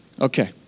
Okay